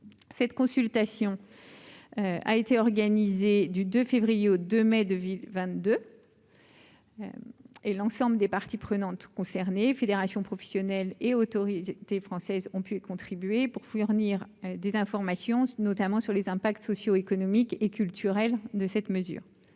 cette consultation a été organisée du 2 février au 2 mai 2022. Et l'ensemble des parties prenantes concernées fédérations professionnelles et autorités des françaises ont pu contribuer pour fournir des informations notamment sur les impacts socio-économique et culturels de cette mesure,